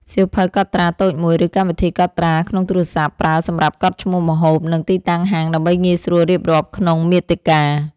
សៀវភៅកត់ត្រាតូចមួយ ឬកម្មវិធីកត់ត្រាក្នុងទូរស័ព្ទ ប្រើសម្រាប់កត់ឈ្មោះម្ហូប និងទីតាំងហាងដើម្បីងាយស្រួលរៀបរាប់ក្នុងមាតិកា។